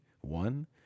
One